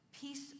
Peace